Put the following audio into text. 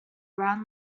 around